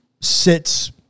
sits